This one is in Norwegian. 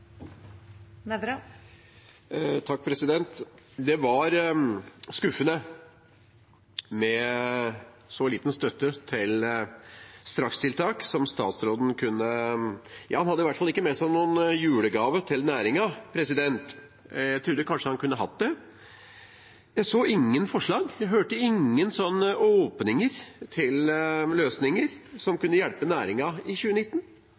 Det var skuffende med så liten støtte til strakstiltak. Statsråden hadde iallfall ikke med seg noen julegave til næringen – jeg trodde kanskje han kunne ha hatt det. Jeg så ingen forslag, jeg hørte ingen åpninger for løsninger som kunne hjelpe næringen i 2019